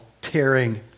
tearing